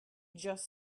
just